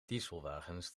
dieselwagens